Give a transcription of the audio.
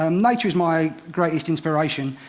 um nature is my greatest inspiration.